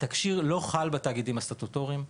התקשי"ר לא חל בתאגידים הסטטוטוריים.